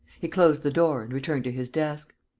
he closed the door and returned to his desk.